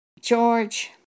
George